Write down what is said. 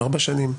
ארבע שנים,